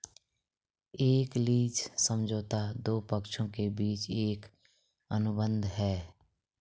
एक लीज समझौता दो पक्षों के बीच एक अनुबंध है